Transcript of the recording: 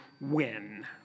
win